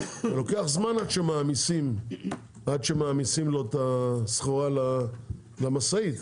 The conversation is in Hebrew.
ייקח זמן עד שמעמיסים לו את הסחורה למשאית.